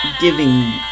giving